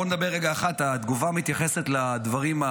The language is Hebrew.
בוא נדבר רגע אחד: התגובה מתייחסת לדברים,